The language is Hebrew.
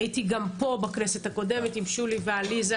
הייתי גם פה בכנסת הקודמת עם שולי ועליזה